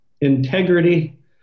integrity